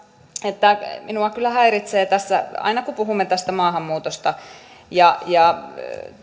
että minua kyllä häiritsee tässä aina kun puhumme tästä maahanmuutosta että